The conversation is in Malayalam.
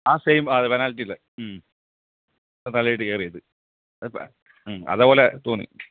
അ സെയിം അതെ പെനാൽറ്റീ മ് പെനാൽറ്റിയിൽ കയറിയത് മ് അതു പോലെ തോന്നി